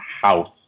house